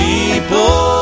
People